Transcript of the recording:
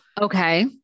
Okay